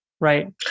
right